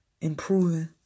improving